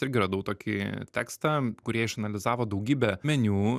irgi radau tokį tekstą kur jie išanalizavo daugybę meniu